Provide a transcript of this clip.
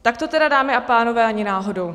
Tak to, tedy, dámy a pánové, ani náhodou.